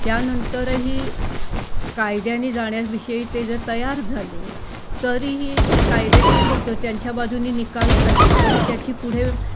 त्यानंतरही कायद्याने जाण्याविषयी ते जर तयार झाले तरीही ते कायदेशीर लोक त्यांच्या बाजूने निकाल झाले तरी त्याची पुढे